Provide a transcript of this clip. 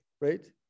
right